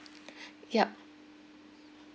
yup